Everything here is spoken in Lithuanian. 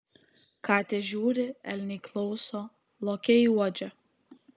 katės žiūri elniai klauso lokiai uodžia